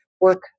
work